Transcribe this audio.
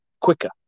quicker